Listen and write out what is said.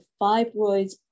fibroids